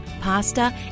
pasta